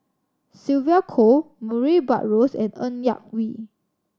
Sylvia Kho Murray Buttrose and Ng Yak Whee